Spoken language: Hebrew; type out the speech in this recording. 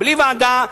בלי ועדה,